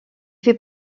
fait